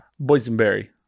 boysenberry